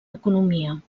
economia